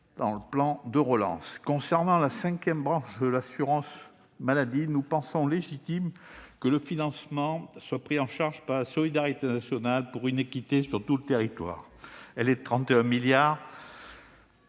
du plan de relance. Concernant la cinquième branche de l'assurance maladie, nous trouvons légitime que le financement soit pris en charge par la solidarité nationale, pour une équité sur tout le territoire. Elle sera dotée de 31 milliards